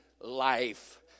life